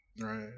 Right